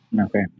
Okay